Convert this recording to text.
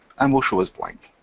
and will show as blank.